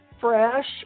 fresh